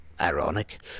Ironic